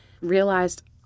realized